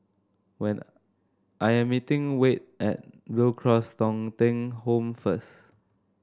when I am meeting Wade at Blue Cross Thong Kheng Home first